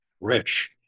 rich